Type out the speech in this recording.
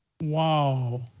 Wow